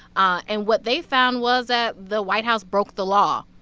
and what they found was that the white house broke the law.